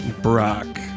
Brock